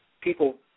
People